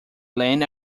land